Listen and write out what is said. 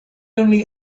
only